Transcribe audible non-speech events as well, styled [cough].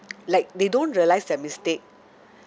[noise] like they don't realise their mistake